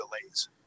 delays